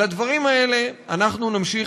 על הדברים האלה אנחנו נמשיך,